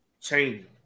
changing